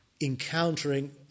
encountering